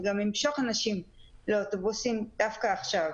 וגם ימשוך אנשים לאוטובוסים דווקא עכשיו.